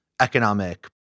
economic